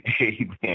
Amen